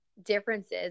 differences